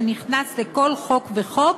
שנכנס לכל חוק וחוק,